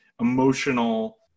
emotional